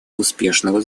успешного